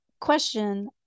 question